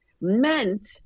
meant